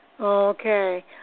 Okay